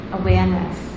awareness